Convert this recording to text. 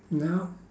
now